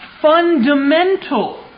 fundamental